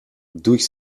durch